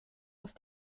auf